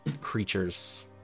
creatures